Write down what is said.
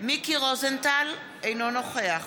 מיקי רוזנטל, אינו נוכח